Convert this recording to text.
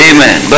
Amen